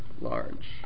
large